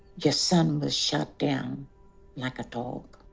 your son was shot down like a dog.